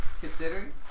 Considering